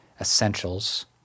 essentials